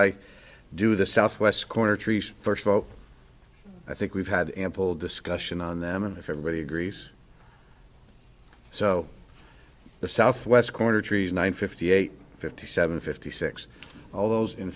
i do the southwest corner trees first of all i think we've had ample discussion on them and if everybody agrees so the southwest corner trees nine fifty eight fifty seven fifty six all those in